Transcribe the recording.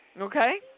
Okay